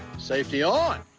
safety on.